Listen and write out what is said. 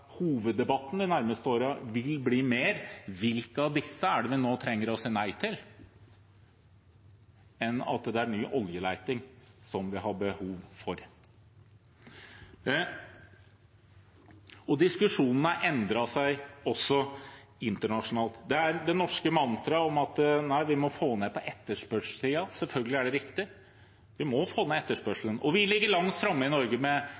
hoveddebatten de nærmeste årene vil bli mer hvilke av disse det er vi nå trenger å si nei til, enn at det er ny oljeleting vi har behov for. Diskusjonen har endret seg også internasjonalt. Det norske mantraet om at vi må få det ned på etterspørselssiden, er selvfølgelig riktig. Vi må få ned etterspørselen. Vi ligger langt framme i Norge med